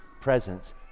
presence